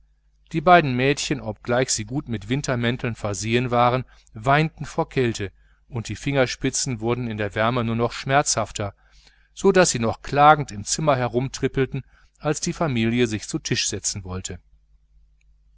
die beiden mädchen obgleich sie gut mit wintermänteln versehen waren weinten vor kälte und die fingerspitzen wurden in der wärme nur noch schmerzhafter so daß sie noch klagend im zimmer herumtrippelten als die familie sich zu tisch setzen wollte